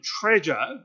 treasure